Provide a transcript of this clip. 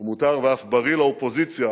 ומותר ואף בריא לאופוזיציה